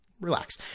relax